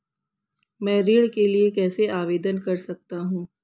मैं ऋण के लिए कैसे आवेदन कर सकता हूं?